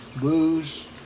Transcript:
booze